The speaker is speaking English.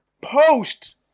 post